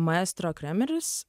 maestro kremeris